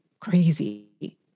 crazy